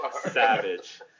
Savage